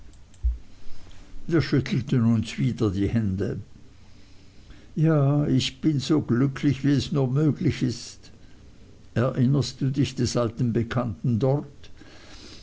wir schüttelten uns wieder die hände ja ich bin so glücklich wie es nur möglich ist erinnerst du dich des alten bekannten dort